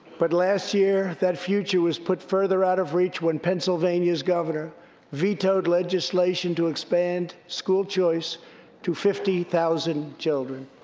but last year, that future was put further out of reach when pennsylvania's governor vetoed legislation to expand school choice to fifty thousand children.